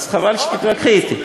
אז חבל שתתווכחי אתי.